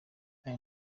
hari